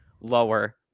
lower